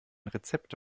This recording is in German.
rezept